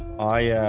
i